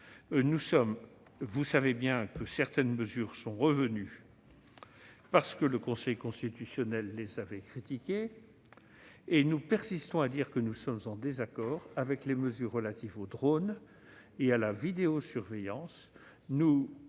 d'un autre texte. Cela dit, certaines mesures sont revenues parce que le Conseil constitutionnel les avait critiquées. Nous persistons à dire que nous sommes en désaccord avec les mesures relatives aux drones et à la vidéosurveillance